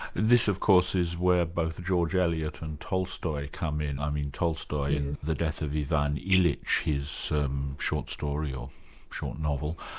this of course is where both george eliot and tolstoy come in i mean tolstoy in the death of ivan illyich, his short story, or short novel,